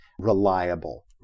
reliable